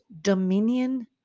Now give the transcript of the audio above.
dominion